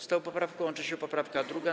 Z tą poprawką łączy się poprawka 2.